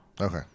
Okay